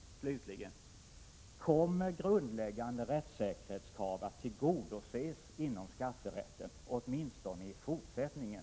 Slutligen: Kommer grundläggande rättssäkerhetskrav att tillgodoses inom skatterätten, åtminstone i fortsättningen?